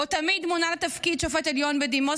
שבו תמיד מונה לתפקיד שופט עליון בדימוס